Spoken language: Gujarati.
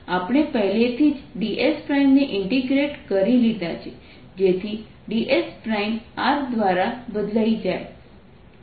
આપણે પહેલેથી જ ds ને ઇન્ટિગ્રેટેડ કરી દીધાં છે જેથી ds R દ્વારા બદલાઈ જાય